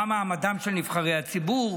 מה מעמדם של נבחרי הציבור,